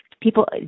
people